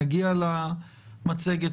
נגיע למצגת,